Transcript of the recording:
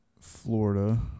Florida